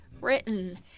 written